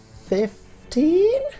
Fifteen